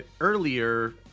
earlier